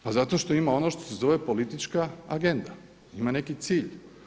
Pa zato što ima ono što se zove politička agenda, ima neki cilj.